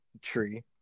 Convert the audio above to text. tree